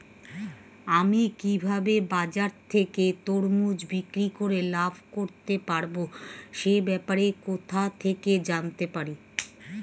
আমি কিভাবে বাজার থেকে তরমুজ বিক্রি করে লাভ করতে পারব সে ব্যাপারে কোথা থেকে জানতে পারি?